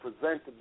presented